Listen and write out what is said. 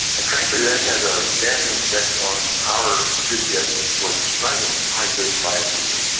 and frankly that had a dampening effect on our enthusiasm for prescribing high-dose vitamin e.